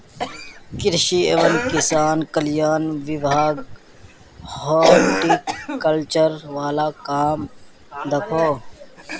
कृषि एवं किसान कल्याण विभाग हॉर्टिकल्चर वाल काम दखोह